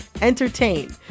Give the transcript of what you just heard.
entertain